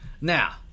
Now